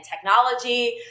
technology